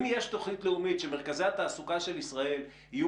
אם יש תוכנית לאומית שמרכזי התעסוקה של ישראל יהיו